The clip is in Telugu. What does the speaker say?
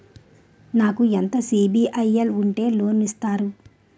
నాకు ఎంత సిబిఐఎల్ ఉంటే లోన్ ఇస్తారు?